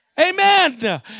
Amen